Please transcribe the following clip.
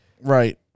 Right